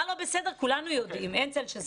מה לא בסדר כולנו יודעים, אין צל של ספק.